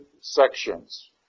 sections